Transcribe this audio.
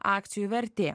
akcijų vertė